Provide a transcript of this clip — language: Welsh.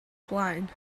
blaen